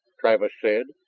travis said,